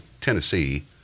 Tennessee